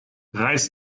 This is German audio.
reiß